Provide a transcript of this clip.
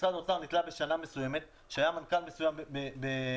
משרד האוצר נתלה בשנה מסוימת כשהיה מנכ"ל מסוים במשרד